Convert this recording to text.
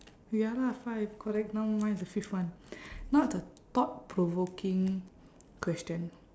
ya lah five correct now mine is the fifth one now it's a thought provoking question